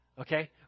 Okay